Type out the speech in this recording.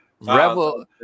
Revel